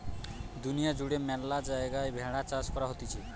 দুনিয়া জুড়ে ম্যালা জায়গায় ভেড়ার চাষ করা হতিছে